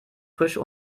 frische